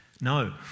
No